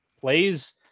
plays